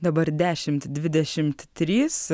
dabar dešimt dvidešimt trys